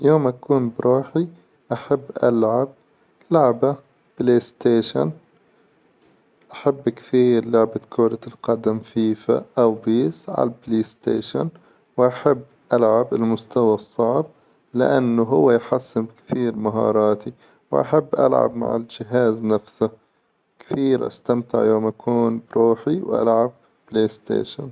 يوم أكون بروحي أحب ألعب لعبة بلاي ستيشن، أحب كثير لعبة كورة القدم فيفا أو بيس على بلاي ستيشن، وأحب اللعب المستوى الصعب لأنه يحسن كثير مهاراتي، وأحب اللعب مع الجهاز نفسه، كثير استمتع يوم أكون بروحي وألعب بلاي ستيشن.